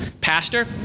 Pastor